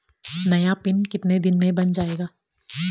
नया पिन कितने दिन में बन जायेगा?